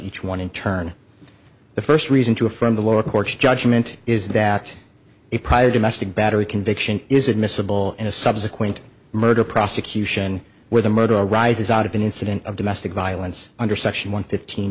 each one in turn the first reason to affirm the lower court's judgment is that a prior domestic battery conviction is admissible in a subsequent murder prosecution where the murder arises out of an incident of domestic violence under section one fifteen